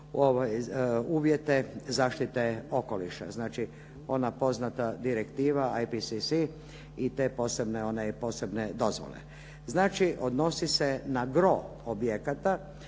uvjete zaštite okoliša. Znači, ona poznata direktiva IBCC i te posebne one dozvole. Znači, odnosi se na gro objekata